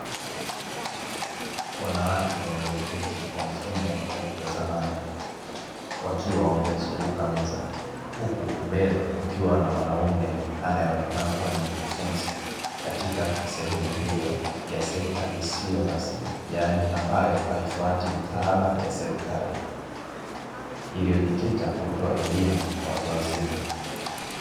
Wanawake walioketi kwa mfumo wa kutazamana wakiwa wameizunguka meza, huku mbele kukiwa na mwanamume anayeonekana kuwa ni mkufunzi katika sehemu hiyo ya sekta isiyo rasmi, yaani ambayo haifuati mitaala ya serikali iliyojikita kutoa elimu kwa watu wazima.